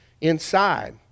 inside